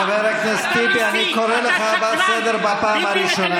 חבר הכנסת טיבי, אני קורא אותך לסדר פעם ראשונה.